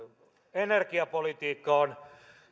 energiapolitiikka on